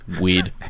weird